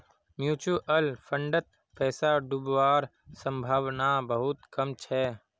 mutual फंडत पैसा डूबवार संभावना बहुत कम छ